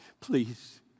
please